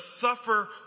suffer